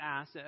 asked